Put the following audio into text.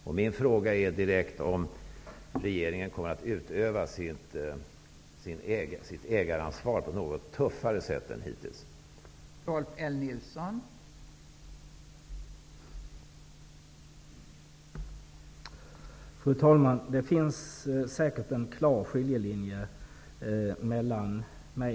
Min direkta fråga är om regeringen kommer att utöva sitt ägaransvar på ett något tuffare sätt än som hittills skett.